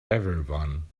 everyone